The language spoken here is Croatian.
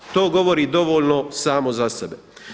To govori dovoljno samo za sebe.